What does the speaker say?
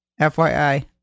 FYI